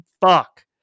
fuck